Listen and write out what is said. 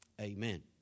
amen